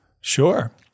Sure